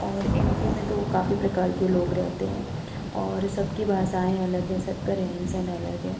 और M P में तो काफ़ी प्रकार के लोग रहते हैं और सब की भाषाऍं अलग हैं सब का रहन सहन अलग है